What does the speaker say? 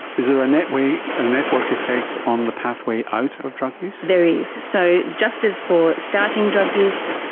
is there a network and network effect on the pathway out of drug use? there is. so just as for starting drug use,